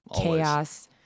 chaos